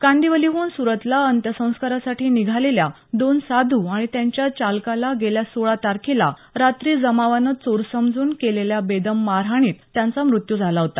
कांदीवलीहून सूरतला अंत्यसंस्कारासाठी निघालेल्या दोन साधू आणि त्यांच्या चालकाला गेल्या सोळा तारखेला रात्री जमावानं चोर समजून केलेल्या बेदम मारहाणीत त्यांचा मृत्यू झाला होता